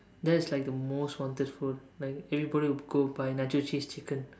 that is like the most wanted food like everybody will go buy nacho cheese chicken